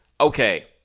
okay